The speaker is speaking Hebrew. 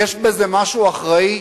יש בזה משהו אחראי?